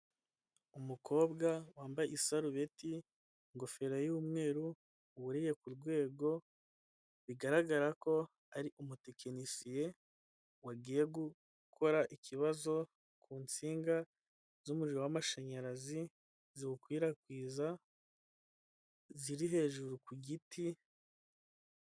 Umukobwa wambaye isarubeti, ingofero y'umwe, wuriye ku rwego, bigaragara ko ari umutekinisiye wagiye gukora ikibazo ku nsinga z'umuriro w'amashanyarazi, ziwukwirakwiza, ziri hejuru ku giti.